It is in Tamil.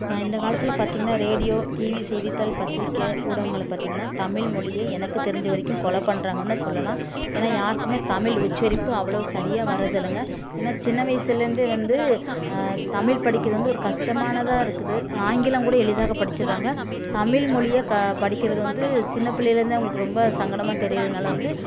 இந்த காலத்தில் பார்த்தீங்கன்னா ரேடியோ டிவி செய்தித்தாள் பத்திரிக்கை ஊடகங்களை பார்த்தீங்கன்னா தமிழ் மொழியை எனக்கு தெரிஞ்ச வரைக்கும் கொலை பண்ணுறாங்கன்னு தான் சொல்லலாம் ஏன்னா யாருக்குமே தமிழ் உச்சரிப்பு அவ்வளோ சரியாக வர்றது இல்லைங்க ஏன்னா சின்ன வயசுலேருந்தே வந்து தமிழ் படிக்கிறது வந்து ஒரு கஷ்டமானதாக இருக்குது ஆங்கிலம் கூட எளிதாக படிச்சிடுறாங்க தமிழ் மொழியை க படிக்கிறது வந்து சின்ன பிள்ளையிலேருந்து அவங்களுக்கு ரொம்ப சங்கடமாக தெரிகிறதுனால வந்து